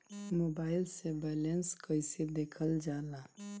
Mobile से balance कइसे देखल जाला?